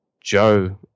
Joe